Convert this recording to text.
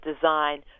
design